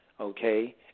okay